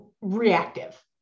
Reactive